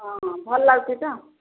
ହଁ ହଁ ଭଲ ଲାଗୁଛି ତ